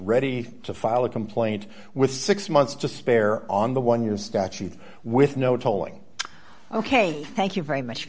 ready to file a complaint with six months to spare on the one year statute with no tolling ok thank you very much